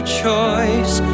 choice